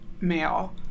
male